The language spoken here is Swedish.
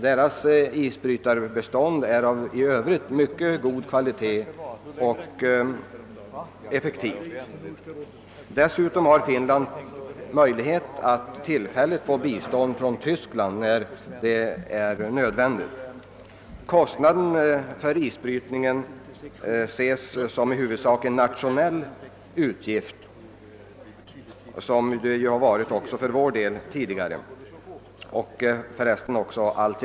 Dess isbrytarbestånd är i övrigt effektivt och av mycket god kvalitet. Dessutom har Finland möjlighet att tillfälligt få bistånd från Tyskland när det är nödvändigt. Kostnaden för isbrytningen ses som en i huvudsak nationell utgift, liksom också för vår del varit och alltjämt är fallet.